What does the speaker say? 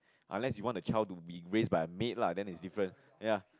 unless you want the child to be raised by a maid lah then is different ya